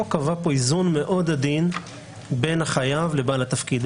החוק קבע איזון מאוד עדין בין החייב לבעל התפקיד.